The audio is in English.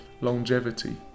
longevity